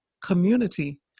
community